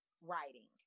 writing